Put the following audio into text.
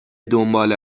دنبال